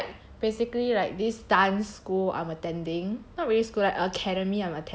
basically like this dance school I'm attending not really school like academy I'm attending